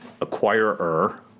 acquirer